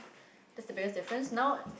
that's the biggest different now